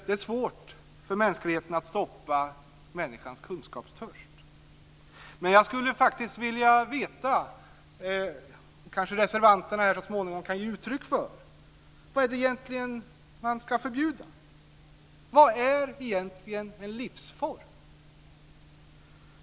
Det är svårt för mänskligheten att stoppa människans kunskapstörst. Jag skulle faktiskt vilja höra om reservanterna så småningom kan ge uttryck för vad det egentligen är som man ska förbjuda. Vad är egentligen en livsform?